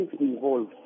involved